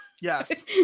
yes